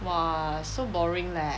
!wah! so boring leh